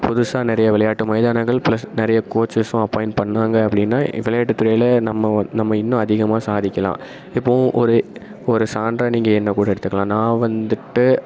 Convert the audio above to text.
புதுசாக நிறையா விளையாட்டு மைதானங்கள் ப்ளஸ் நிறைய கோச்சஸும் அப்பாயிண்ட் பண்ணாங்க அப்படின்னா விளையாட்டுத்துறையில் நம்ம நம்ம இன்னும் அதிகமாக சாதிக்கலாம் இப்போ ஒரு ஒரு சான்றாக நீங்கள் என்னை கூட எடுத்துக்கலாம் நான் வந்துவிட்டு